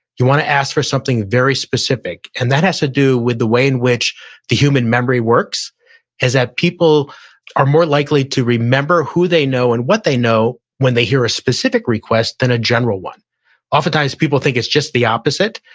you wanna ask for something very specific and that has to do with the way in which the human memory works is that people are more likely to remember who they know and what they know, when they hear a specific request than a general one oftentimes, people think it's just the opposite.